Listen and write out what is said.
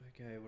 okay